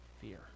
fear